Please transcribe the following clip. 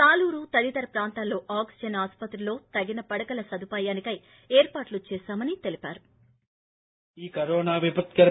సాలూరు తదితర ప్రాంతాల్లో ఆక్సిజన్ ఆసుపత్రిలో తగిన పడకల సదుపాయంకై ఏర్పాట్లు చేశామని తెలిపారు